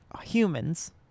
humans